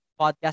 podcast